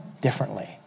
differently